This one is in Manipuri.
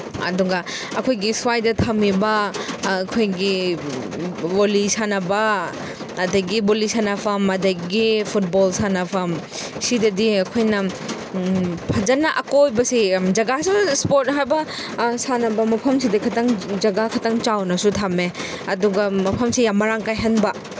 ꯑꯗꯨꯒ ꯑꯩꯈꯣꯏꯒꯤ ꯁ꯭ꯋꯥꯏꯗ ꯊꯝꯃꯤꯕ ꯑꯩꯈꯣꯏꯒꯤ ꯕꯣꯂꯤ ꯁꯥꯟꯅꯕ ꯑꯗꯒꯤ ꯕꯣꯂꯤ ꯁꯥꯟꯅꯐꯝ ꯑꯗꯒꯤ ꯐꯨꯠꯕꯣꯜ ꯁꯥꯟꯅꯐꯝ ꯁꯤꯗꯗꯤ ꯑꯩꯈꯣꯏꯅ ꯐꯖꯅ ꯑꯀꯣꯏꯕꯁꯦ ꯖꯒꯥꯁꯨ ꯏꯁꯄꯣꯔꯠ ꯍꯥꯏꯕ ꯁꯥꯟꯅꯕ ꯃꯐꯝꯁꯤꯗꯤ ꯈꯇꯪ ꯖꯒꯥ ꯈꯇꯪ ꯆꯥꯎꯅꯁꯨ ꯊꯝꯃꯦ ꯑꯗꯨꯒ ꯃꯐꯝꯁꯤ ꯌꯥꯝ ꯃꯔꯥꯡ ꯀꯥꯏꯍꯟꯕ